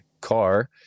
car